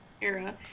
era